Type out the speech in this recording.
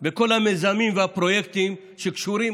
בכל המיזמים והפרויקטים שקשורים,